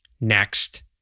next